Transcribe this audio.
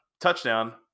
touchdown